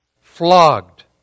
Flogged